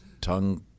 tongue